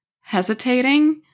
hesitating